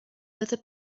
other